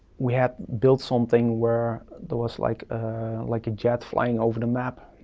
we had built something where the was like ah like a jet flying over the map,